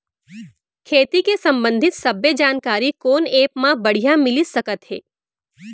खेती के संबंधित सब्बे जानकारी कोन एप मा बढ़िया मिलिस सकत हे?